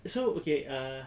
so okay ah